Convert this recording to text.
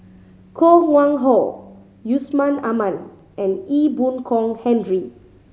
Koh Nguang How Yusman Aman and Ee Boon Kong Henry